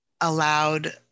allowed